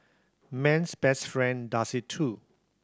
man's best friend does it too